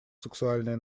сексуальное